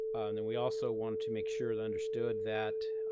and then we also wanted to make sure they understood that